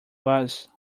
was